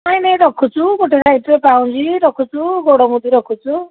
ନାଇଁ ନାଇଁ ରଖୁଛୁ ଗୋଟେ ସାଇଡ଼୍ରେ ପାଉଁଜି ରଖୁଛୁ ଗୋଡ଼ ମୁଦି ରଖୁଛୁ